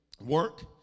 work